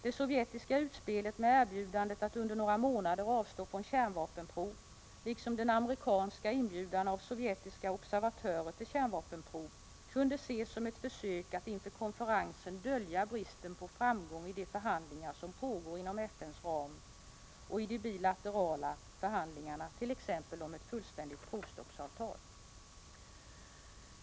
Det sovjetiska utspelet med erbjudandet att under några månader avstå från kärnvapenprov, liksom den amerikanska inbjudan av sovjetiska observatörer till kärnvapenprov, kunde ses som ett försök att inför konferensen dölja bristen på framgång i de förhandlingar som pågår inom FN:s ram och i de bilaterala förhandlingarna, t.ex. om ett fullständigt provstoppsavtal.